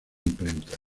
imprenta